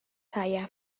saya